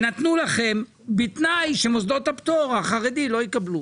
נתנו לכם את הכסף הזה בתנאי שמוסדות הפטור החרדים לא יקבלו.